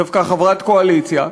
דווקא חברת הקואליציה,